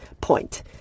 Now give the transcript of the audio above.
point